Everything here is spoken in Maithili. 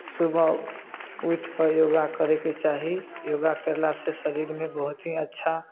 सुबह उठिकऽ योगा करैके चाही योगा करलासँ शरीरमे बहुत ही अच्छा